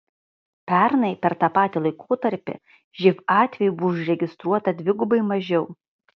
pernai per tą patį laikotarpį živ atvejų užregistruota dvigubai mažiau